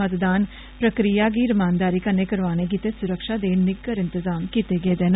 मतदान प्रक्रिया गी रमानदारी कन्नै करवाने गितै सुरक्षा दे निग्गर इंतजाम कीत्ते गेदे न